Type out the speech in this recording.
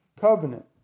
covenant